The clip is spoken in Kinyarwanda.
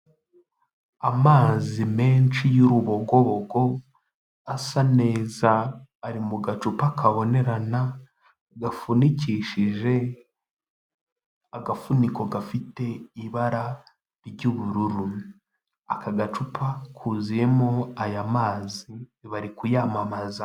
Amazi menshi y'urubogobogo asa neza, ari mu gacupa kabonerana gafunikishije agafuniko gafite ibara ry'ubururu. Aka gacupa kuzuyemo aya mazi, bari kuyamamaza.